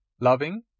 loving